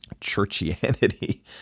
churchianity